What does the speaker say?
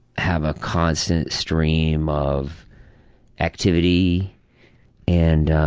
have a constant stream of activity and